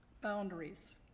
Boundaries